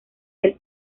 del